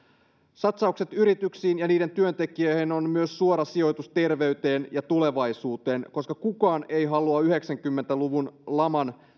satsaukset yrityksiin ja niiden työntekijöihin on myös suora sijoitus terveyteen ja tulevaisuuteen koska kukaan ei halua yhdeksänkymmentä luvun laman